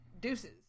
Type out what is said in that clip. Deuces